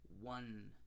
one